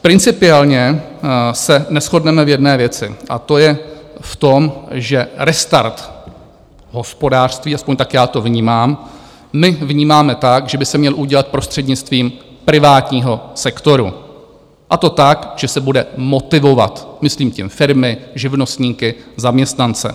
Principiálně se neshodneme v jedné věci, a to je v tom, že restart hospodářství, aspoň tak já to vnímám, my vnímáme tak, že by se měl udělat prostřednictvím privátního sektoru, a to tak, že se bude motivovat, myslím tím firmy, živnostníky, zaměstnance.